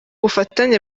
bufatanye